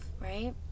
right